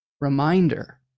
reminder